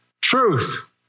truth